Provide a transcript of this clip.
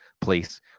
place